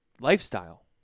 lifestyle